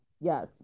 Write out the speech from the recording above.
Yes